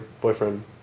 boyfriend